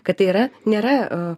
kad tai yra nėra